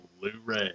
Blu-ray